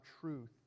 truth